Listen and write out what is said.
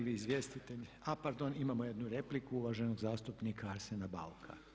Želi li izvjestitelj, a pardon imamo jednu repliku uvaženog zastupnika Arsena Bauka.